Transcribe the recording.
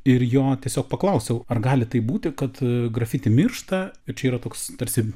ir jo tiesiog paklausiau ar gali taip būti kad grafiti miršta ir čia yra toks tarsi